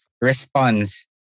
response